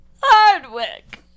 hardwick